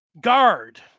guard